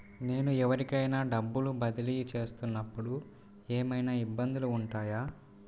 నేను ఎవరికైనా డబ్బులు బదిలీ చేస్తునపుడు ఏమయినా ఇబ్బందులు వుంటాయా?